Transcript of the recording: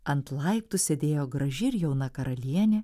ant laiptų sėdėjo graži ir jauna karalienė